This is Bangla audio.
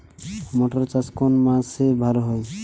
মটর চাষ কোন মাসে ভালো হয়?